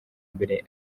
mbere